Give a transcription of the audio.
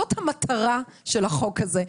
זאת המטרה של החוק הזה.